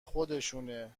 خودشونه